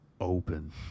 open